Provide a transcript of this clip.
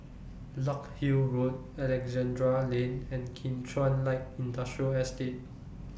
Larkhill Road Alexandra Lane and Kim Chuan Light Industrial Estate